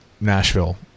Nashville